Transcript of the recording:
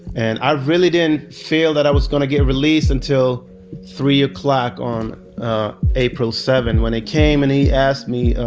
and i really didn't feel that i was gonna get released until three o'clock on april seven. when they came and he asked me,